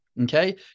Okay